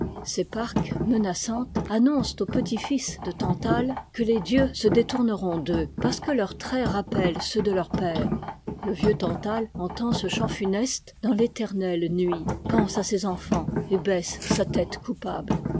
ces parques menaçantes annoncent aux petits fils de tantale que les dieux se détourneront d'eux parce que leurs traits rappellent ceux de leur père le vieux tantale entend ce chant funeste dans l'éternelle nuit pense à ses enfants et baisse sa tête coupable